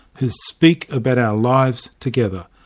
who speak about our lives together.